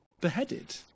beheaded